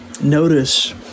Notice